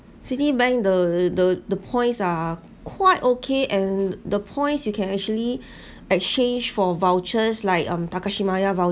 citibank the the the points are quite okay and the points you can actually exchange for vouchers like um takashimaya